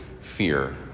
fear